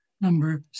number